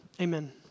amen